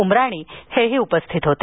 उमराणी उपस्थित होते